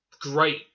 great